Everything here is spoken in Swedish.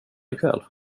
ikväll